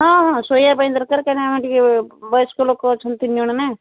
ହଁ ହଁ ଶୋଇବା ପାଇଁ ଦରକାର କାହିଁକିନା ଆମେ ଟିକେ ବୟସ୍କ ଲୋକ ଅଛନ୍ତି ତିନିଜଣ ନା